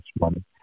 money